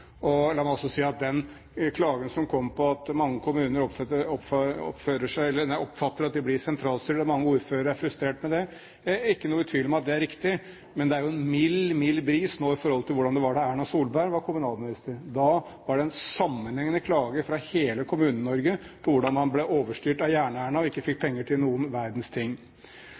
presist. La meg også si at den klagen som kom, over at mange kommuner oppfatter at de blir sentralstyrt, og at mange ordførere er frustrert over det, er jeg ikke i tvil om er riktig, men det er jo en mild, mild bris nå i forhold til hvordan det var da Erna Solberg var kommunalminister. Da var det en sammenhengende klage fra hele Kommune-Norge på hvordan man ble overstyrt av Jern-Erna, og ikke fikk penger til noen verdens ting.